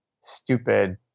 stupid